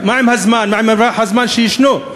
מה עם הזמן, מה עם מרווח הזמן שישנו?